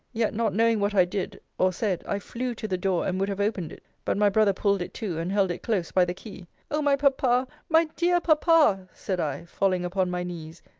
yet, not knowing what i did, or said, i flew to the door, and would have opened it but my brother pulled it to, and held it close by the key o my papa my dear papa! said i, falling upon my knees,